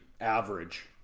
average